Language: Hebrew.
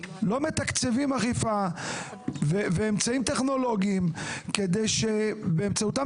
לא מתקצבים אכיפה ואמצעים טכנולוגיים כדי שבאמצעותם